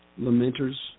Lamenters